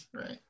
right